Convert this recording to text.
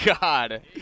god